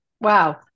Wow